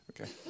Okay